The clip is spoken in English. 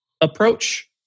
approach